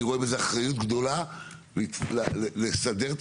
אני רואה בזה אחריות גדולה לסדר את